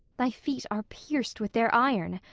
thy feet are pierced with their iron.